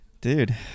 Dude